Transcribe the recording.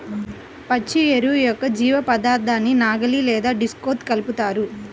పచ్చి ఎరువు యొక్క జీవపదార్థాన్ని నాగలి లేదా డిస్క్తో కలుపుతారు